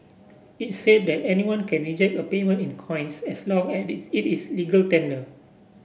it said that anyone can reject a payment in coins as long as it is legal tender